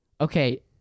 Okay